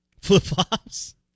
Flip-flops